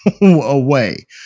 away